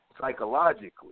psychologically